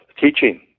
teaching